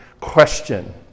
question